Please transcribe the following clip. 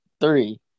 three